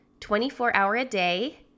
24-hour-a-day